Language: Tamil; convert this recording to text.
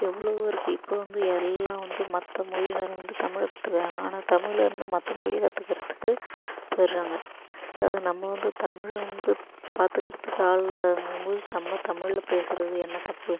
எவ்வளோவோ இருக்குது இப்போ வந்து எல்லாம் வந்து மற்ற மொழியினர் வந்து தமிழை கற்றுக்குறாங்க ஆனால் தமிழ்லேருந்து மற்ற மொழியை கற்றுக்கறத்துக்கு போயிட்றாங்க அதாவது நம்ம வந்து தமிழை வந்து பார்த்துக்கறத்துக்கு ஆள் இல்லாதங்கும் போது நம்ம தமிழில் பேசுகிறது என்ன தப்பு